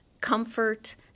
comfort